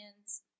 hands